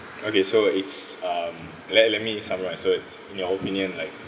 okay so it's um let let me summarise so it's in your opinion like